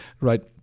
Right